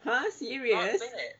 !huh! serious